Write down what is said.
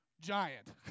giant